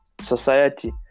society